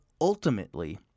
ultimately